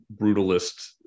brutalist